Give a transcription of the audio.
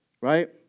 right